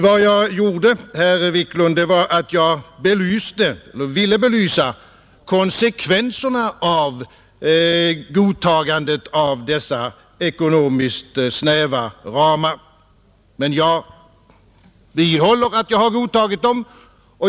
Vad jag gjorde, herr Wiklund, var att jag belyste eller ville belysa konsekvenserna av godtagandet av dessa ekonomiskt snäva ramar. Men jag vidhåller att jag godtagit dem.